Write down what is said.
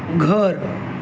घर